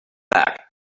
back